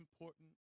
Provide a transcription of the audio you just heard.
important